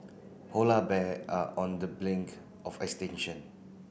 polar bear are on the blink of extinction